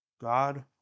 God